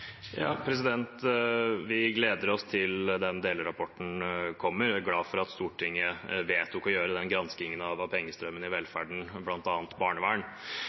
Vi gleder oss til at delrapporten kommer, og jeg er glad for at Stortinget vedtok å gjøre den granskingen av pengestrømmen i velferden, bl.a. innen barnevern.